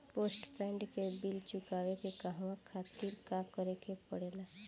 Postpaid के bill चुकावे के कहवा खातिर का करे के पड़ें ला?